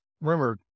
Remember